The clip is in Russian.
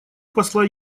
посла